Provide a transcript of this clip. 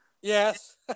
Yes